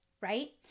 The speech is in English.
right